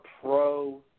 pro